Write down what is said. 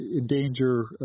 endanger